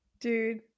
dude